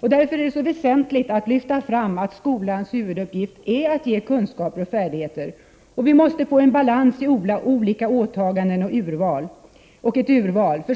Därför är det så väsentligt att lyfta fram att skolans huvuduppgift är att ge kunskaper och färdigheter. Vi måste få en balans i olika åtaganden och ett urval.